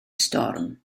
storm